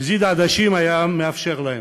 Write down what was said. נזיד עדשים היה מאפשר להם.